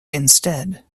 instead